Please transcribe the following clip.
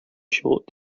short